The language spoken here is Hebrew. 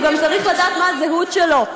הוא צריך לדעת גם מה הזהות שלו.